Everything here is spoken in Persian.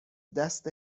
دست